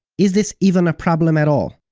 is this even a problem at all?